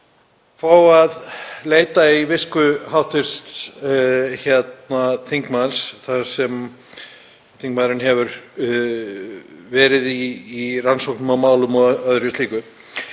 fá að leita í visku hv. þingmanns þar sem þingmaðurinn hefur verið í rannsóknum á málum og öðru slíku.